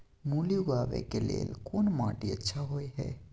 मूली उगाबै के लेल कोन माटी अच्छा होय है?